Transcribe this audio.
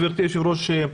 גברתי היושבת-ראש,